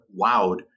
wowed